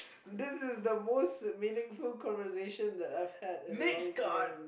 this is the most meaningful conversation that I've had in a long time